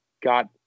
got